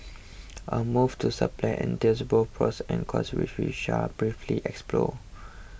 a move to entails both pros and cons which we shall briefly explore